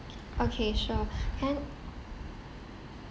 okay sure can